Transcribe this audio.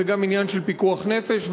זה גם עניין של פיקוח נפש,